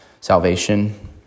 salvation